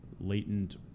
Latent